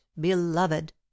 beloved